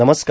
नमस्कार